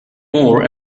more